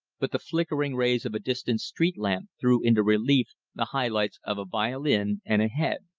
but the flickering rays of a distant street lamp threw into relief the high-lights of a violin, and a head.